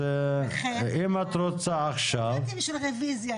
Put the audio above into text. אז --- יצאתי בשביל רביזיה,